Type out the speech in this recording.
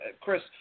Chris